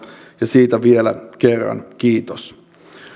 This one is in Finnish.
ja siitä vielä kerran kiitos